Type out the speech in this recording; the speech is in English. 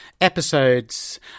episodes